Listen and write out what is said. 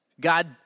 God